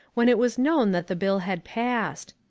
when it was known that the bill had passed.